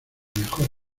mejor